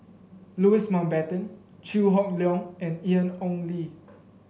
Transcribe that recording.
Louis Mountbatten Chew Hock Leong and Ian Ong Li